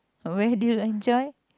where do you enjoy